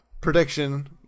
prediction